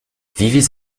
vivez